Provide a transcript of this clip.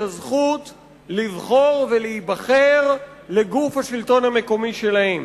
הזכות לבחור ולהיבחר לגוף השלטון המקומי שלהם.